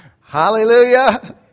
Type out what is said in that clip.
Hallelujah